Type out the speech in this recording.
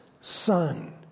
son